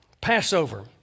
Passover